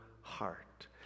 heart